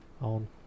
on